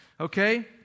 okay